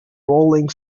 rolling